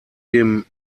dem